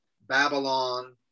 Babylon